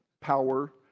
power